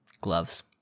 Gloves